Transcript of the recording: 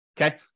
Okay